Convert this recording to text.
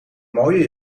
mooie